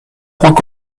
points